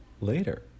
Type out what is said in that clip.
later